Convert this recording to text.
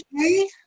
okay